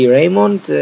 Raymond